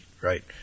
right